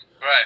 Right